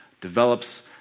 develops